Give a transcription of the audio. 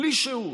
בלי שהות,